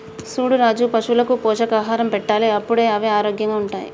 చూడు రాజు పశువులకు పోషకాహారం పెట్టాలి అప్పుడే అవి ఆరోగ్యంగా ఉంటాయి